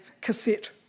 cassette